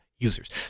users